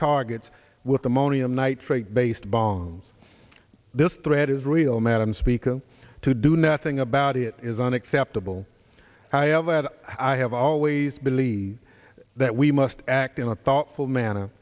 targets with ammonium nitrate based bombs this threat is real madam speaker to do nothing about it is unacceptable however i have always believed that we must act in a thoughtful manner